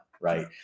right